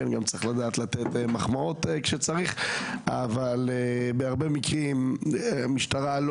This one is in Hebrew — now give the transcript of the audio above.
צריך גם לדעת לתת מחמאות כשצריך - אבל בהרבה מקרים המשטרה לא